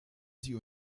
sie